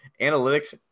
Analytics